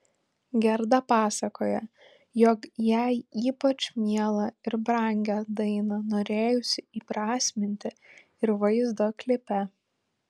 gerda pasakoja jog jai ypač mielą ir brangią dainą norėjusi įprasminti ir vaizdo klipe